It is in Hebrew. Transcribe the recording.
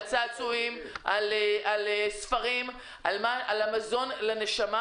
וגם ספרים שהם מזון לנשמה